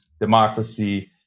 democracy